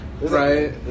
Right